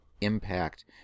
impact